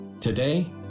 Today